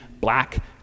black